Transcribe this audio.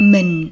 Mình